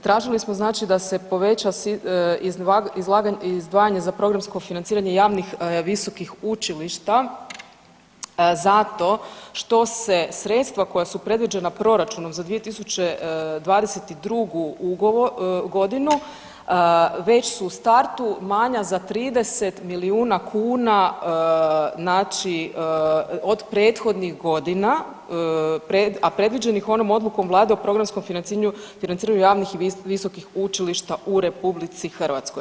Tražili smo znači da se poveća izdvajanje za programsko financiranje javnih visokih učilišta zato što se sredstva koja su predviđena proračunom za 2022. godinu već su u startu manja za 30 milijuna kuna, znači od prethodnih godina, a predviđenih onom odlukom Vlade o programskom financiranju javnih i visokih učilišta u RH.